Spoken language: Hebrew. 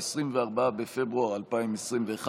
24 בפברואר 2021,